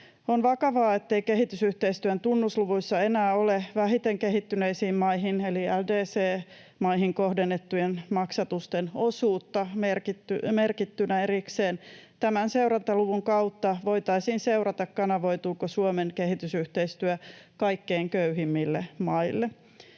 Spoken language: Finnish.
On vakavaa, ettei kehitysyhteistyön tunnusluvuissa enää ole vähiten kehittyneisiin maihin eli LDC-maihin kohdennettujen maksatusten osuutta merkittynä erikseen. Tämän seurantaluvun kautta voitaisiin seurata, kanavoituuko Suomen kehitysyhteistyö kaikkein köyhimmille maille.